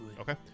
Okay